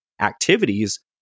activities